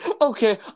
Okay